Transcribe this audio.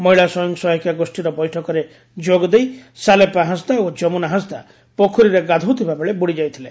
ମହିଳା ସ୍ୱୟଂ ସହାୟିକା ଗୋଷୀର ବୈଠକରେ ଯୋଗଦେଇ ସାଲେପା ହାଁସଦା ଓ ଯମୁନା ହାଁସଦା ପୋଖରୀରେ ଗାଧୋଉଥିବା ବେଳେ ବୁଡିଯାଇ ଥିଲେ